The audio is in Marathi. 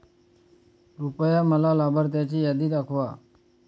कृपया मला लाभार्थ्यांची यादी दाखवा